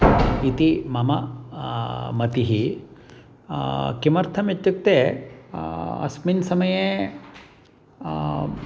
इति मम मतिः किमर्थम् इत्युक्ते अस्मिन् समये